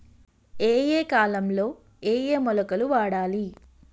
ఏయే కాలంలో ఏయే మొలకలు వాడాలి?